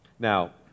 Now